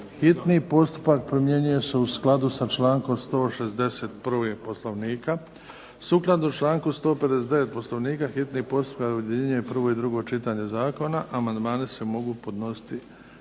Hitni postupak primjenjuje se u skladu sa člankom 161. Poslovnika. Sukladno članku 159. Poslovnika hitni postupak objedinjuje prvo i drugo čitanje zakona, amandmani se mogu podnositi